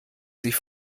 sie